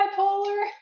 bipolar